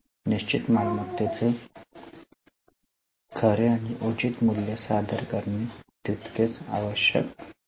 निश्चित मालमत्तेचे खरे आणि उचित मूल्य सादर करणे तितकेच आवश्यक आहे